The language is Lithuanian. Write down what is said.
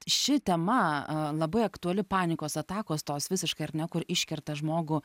ši tema labai aktuali panikos atakos tos visiškai ar ne kur iškerta žmogų